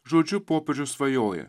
žodžiu popiežius svajoja